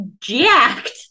jacked